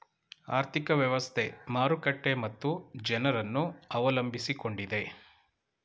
ಆರ್ಥಿಕ ವ್ಯವಸ್ಥೆ, ಮಾರುಕಟ್ಟೆ ಮತ್ತು ಜನರನ್ನು ಅವಲಂಬಿಸಿಕೊಂಡಿದೆ